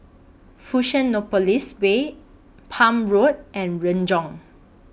Fusionopolis Way Palm Road and Renjong